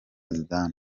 zidane